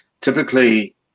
typically